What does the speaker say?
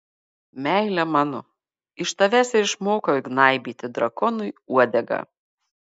meile mano iš tavęs ir išmokau gnaibyti drakonui uodegą